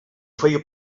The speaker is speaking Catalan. feia